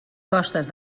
costes